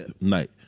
night